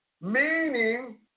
Meaning